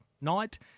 night